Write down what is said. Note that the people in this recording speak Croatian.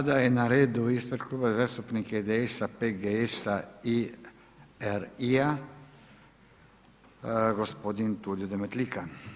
Sada je na redu ispred Kluba zastupnika IDS-a, PGS-a i RI-a, gospodin Tulio Demetlika.